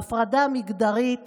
ההפרדה המגדרית